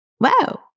wow